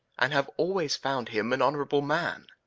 and have always found him an honourable man,